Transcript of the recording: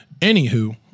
Anywho